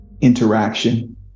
interaction